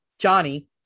Johnny